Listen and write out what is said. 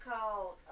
called